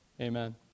Amen